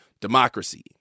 democracy